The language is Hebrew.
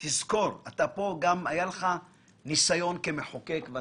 תזכור, היה לך ניסיון כמחוקק.